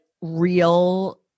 real